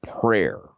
Prayer